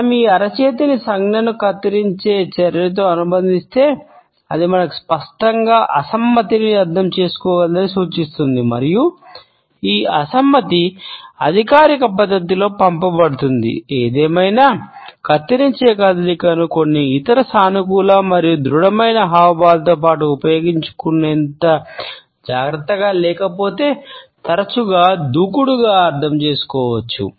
మనం ఈ అరచేతిని సంజ్ఞను కత్తిరించే చర్యతో కొన్ని ఇతర సానుకూల మరియు దృడమైన హావభావాలతో పాటు ఉపయోగించుకునేంత జాగ్రత్తగా లేకపోతే తరచుగా దూకుడుగా అర్థం చేసుకోవచ్చు